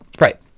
Right